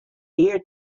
here